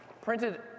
printed